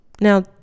now